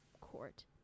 court